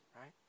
right